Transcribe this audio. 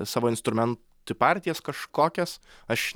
savo instrumentų partijas kažkokias aš